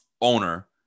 owner